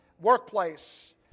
workplace